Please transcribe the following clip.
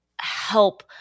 help –